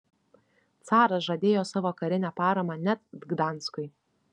caras žadėjo savo karinę paramą net gdanskui